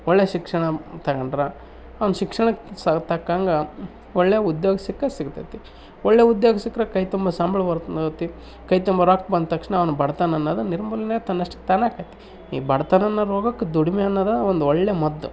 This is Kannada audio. ಒಳ್ಳೆ ಶಿಕ್ಷಣ ತೊಗೊಂಡ್ರೆ ಅವನ ಶಿಕ್ಷಣಕ್ಕೆ ಸ್ವಲ್ಪ ತಕ್ಕಂಗೆ ಒಳ್ಳೆ ಉದ್ಯೋಗ ಸಿಕ್ಕೇ ಸಿಗತೈತೆ ಒಳ್ಳೆ ಉದ್ಯೋಗ ಸಿಕ್ರೆ ಕೈ ತುಂಬ ಸಂಬಳ ಬರ್ತೈತೆ ಕೈ ತುಂಬ ರೊಕ್ಕ ಬಂದ ತಕ್ಷಣ ಅವ್ನ ಬಡತನ ಅನ್ನೋದು ನಿರ್ಮೂಲನೆ ತನ್ನಷ್ಟಕ್ಕೆ ತಾನೇ ಆಕೈತಿ ಈ ಬಡತನ ಅನ್ನೋ ರೋಗಕ್ಕೆ ದುಡಿಮೆ ಅನ್ನೋದು ಒಂದು ಒಳ್ಳೆ ಮದ್ದು